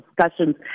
discussions